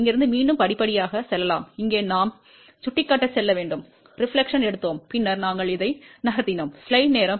இங்கிருந்து மீண்டும் படிப்படியாக செல்லலாம் இங்கே நாம் சுட்டிக்காட்ட செல்ல வேண்டும் பிரதிபலிப்பை எடுத்தோம் பின்னர் நாங்கள் இதை நகர்த்தினோம்